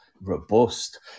robust